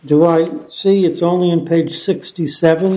do i see it's only on page sixty seven